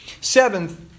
Seventh